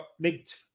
linked